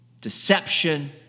deception